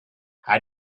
how